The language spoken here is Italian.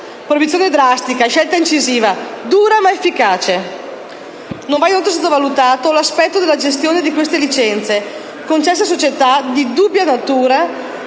proibizione drastica e scelta incisiva, dura ma efficace. Non va inoltre sottovalutato l'aspetto della gestione di queste licenze, concesse a società di dubbia natura,